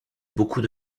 beaucoup